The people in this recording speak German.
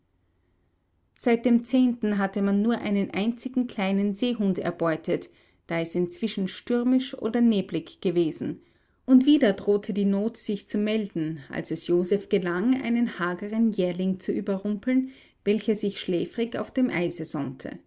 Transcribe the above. seit dem zehnten hatte man nur einen einzigen kleinen seehund erbeutet da es inzwischen stürmisch ober neblig gewesen und wieder drohte die not sich zu melden als es joseph gelang einen hageren jährling zu überrumpeln welcher sich schläfrig auf dem eise